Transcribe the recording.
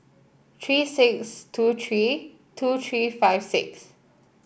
three six two three two three five six